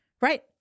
Right